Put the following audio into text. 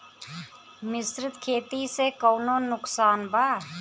मिश्रित खेती से कौनो नुकसान बा?